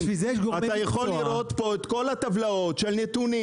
אתה יכול לראות פה את כל הטבלאות עם נתונים,